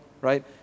right